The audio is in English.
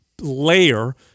layer